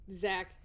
Zach